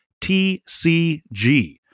TCG